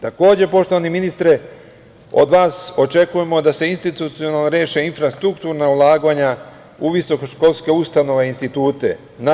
Takođe, poštovani ministre, od vas očekujemo da se institucionalno reše infrastrukturna ulaganja u visokoškolske ustanove i institute.